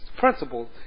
Principles